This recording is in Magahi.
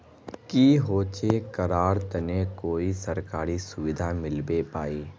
की होचे करार तने कोई सरकारी सुविधा मिलबे बाई?